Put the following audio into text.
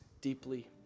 deeply